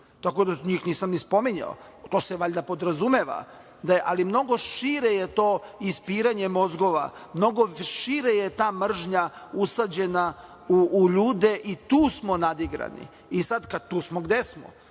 Tako da, njih nisam ni spominjao. To se valjda podrazumeva. Ali, mnogo šire je to ispiranje mozgova, mnogo šire je ta mržnja usađena u ljude i tu smo nadigrani. I sad, tu smo gde smo.